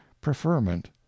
preferment